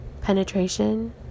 penetration